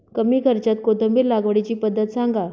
कमी खर्च्यात कोथिंबिर लागवडीची पद्धत सांगा